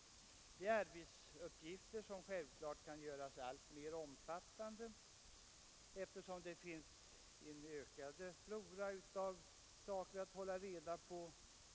Det är arbetsuppgifter som självfallet kan göras alltmer omfattande, eftersom det finns en ökad flora av saker att hålla reda på.